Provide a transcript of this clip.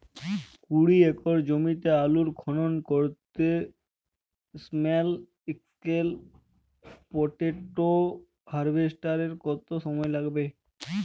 কুড়ি একর জমিতে আলুর খনন করতে স্মল স্কেল পটেটো হারভেস্টারের কত সময় লাগবে?